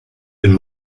den